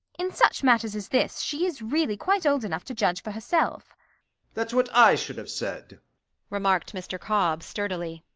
in such matters as this she is really quite old enough to judge for herself that's what i should have said remarked mr. cobb sturdily.